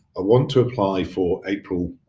ah want to apply for april